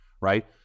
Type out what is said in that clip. right